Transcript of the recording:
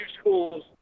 schools